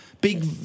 Big